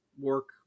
work